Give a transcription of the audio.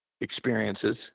experiences